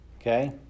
Okay